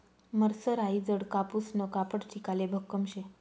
मरसराईजडं कापूसनं कापड टिकाले भक्कम शे